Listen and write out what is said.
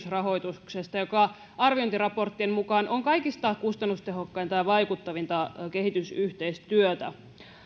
rahoituksesta joka arviointiraporttien mukaan on kaikista kustannustehokkainta ja vaikuttavinta kehitysyhteistyötä